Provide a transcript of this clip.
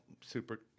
super